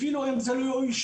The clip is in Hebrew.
אפילו אם זה לא יאוישו,